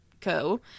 Co